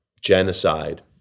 genocide